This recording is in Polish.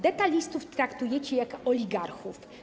Detalistów traktujecie jak oligarchów.